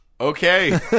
Okay